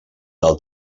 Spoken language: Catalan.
del